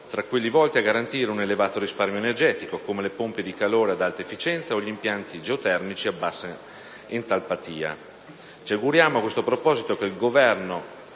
tra quelli volti a garantire un elevato risparmio energetico, come le pompe di calore ad alta efficienza o gli impianti geotermici a bassa entalpia. Ci auguriamo a questo proposito che il Governo